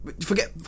forget